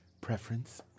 preference